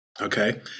okay